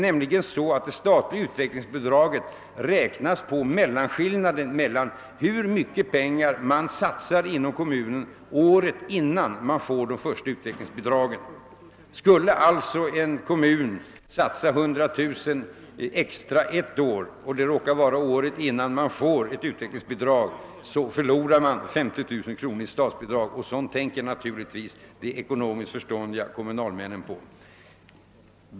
Det statliga utvecklingsbi draget beräknas nämligen på hur mycket pengar en kommun har satsat året innan den erhåller det första utvecklingsbidraget. Skulle en kommun alltså satsa 100 000 kronor extra ett år och det råkar vara året innan man får ett utvecklingsbidrag förlorar den kommunen upp mot 50 000 kronor i statsbidrag, och sådant tänker naturligtvis de ekonomiskt förståndiga kommunalmännen på.